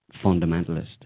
fundamentalist